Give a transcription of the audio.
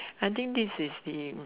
I think this is the